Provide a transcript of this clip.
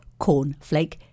cornflake